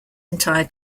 entire